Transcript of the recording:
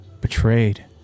betrayed